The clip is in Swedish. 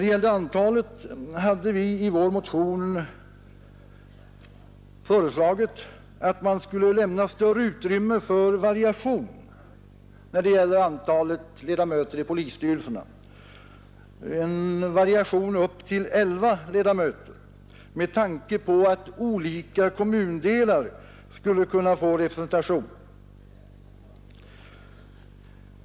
Beträffande antalet ledamöter i polisstyrelserna hade vi i vår motion föreslagit att man skulle lämna större utrymme för en variation upp till elva ledamöter med tanke på att olika kommundelar skulle kunna få representation.